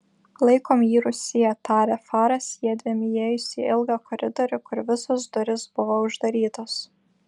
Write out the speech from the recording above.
laikom jį rūsyje tarė faras jiedviem įėjus į ilgą koridorių kur visos durys buvo uždarytos